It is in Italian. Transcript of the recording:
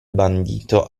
bandito